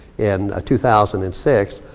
in two thousand and six.